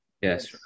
Yes